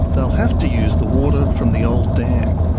they'll have to use the water from the old dam.